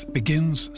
begins